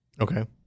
Okay